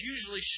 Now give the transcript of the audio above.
usually